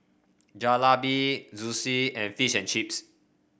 Jalebi Zosui and Fish and Chips